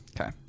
okay